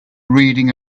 reading